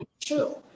true